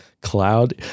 cloud